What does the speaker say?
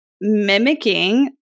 mimicking